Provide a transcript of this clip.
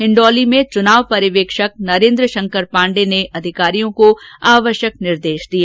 हिंडौली में चुनाव पर्यवेक्षक नरेन्द्र शंकर पांडे ने अधिकारियों को आवश्यक निर्देश दिए